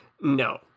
No